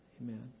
Amen